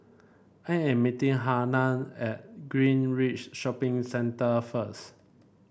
I am meeting Hannah at Greenridge Shopping Centre first